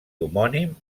homònim